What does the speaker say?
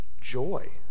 joy